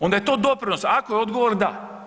Onda je to doprinos, ako je odgovor da.